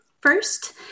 First